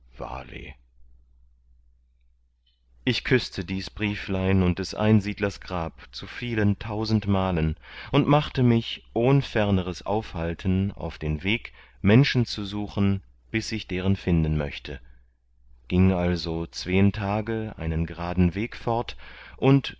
ich küßte dies brieflein und des einsiedlers grab zu viel tausend malen und machte mich ohn ferneres aufhalten auf den weg menschen zu suchen bis ich deren finden möchte gieng also zween tage einen geraden weg fort und